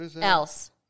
else